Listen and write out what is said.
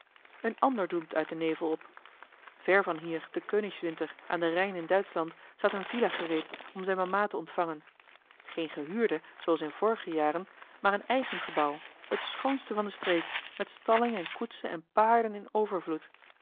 een ander doemt uit den nevel op ver van hier te königswinter aan den rijn in duitschland staat eene villa gereed om zijne mama te ontvangen geene gehuurde zooals in vorige jaren maar een eigen gebouw het schoonste van de streek met stalling en koetsen en paarden in overvloed